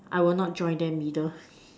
I will not join them either